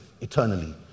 eternally